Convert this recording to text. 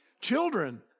Children